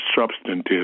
substantive